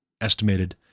estimated